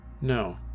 no